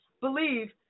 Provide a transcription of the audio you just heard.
believe